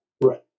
Right